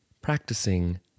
practicing